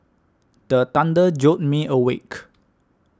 the thunder jolt me awake